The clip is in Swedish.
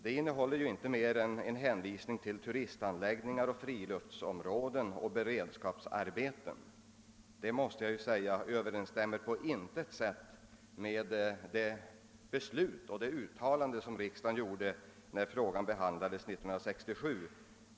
Det innehåller ju inte mer än en hänvisning till turistanläggningar, friluftsområden och beredskapsarbeten. Det överensstämmer på intet sätt med det uttalande som riksdagen gjorde när frågan behandlades 1967.